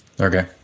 Okay